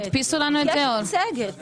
יש מצגת מוכנה.